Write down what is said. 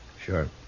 Sure